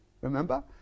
remember